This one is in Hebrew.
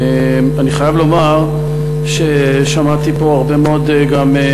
אני חייב לומר ששמעתי פה גם הרבה מאוד רצון.